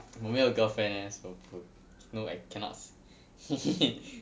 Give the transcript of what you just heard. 我没有 girlfriend leh so 不 no I cannot s~